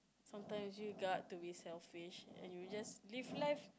sometimes you got to be selfish and you just live life